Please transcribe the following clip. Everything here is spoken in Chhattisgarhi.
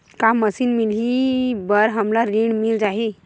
का मशीन मिलही बर हमला ऋण मिल जाही?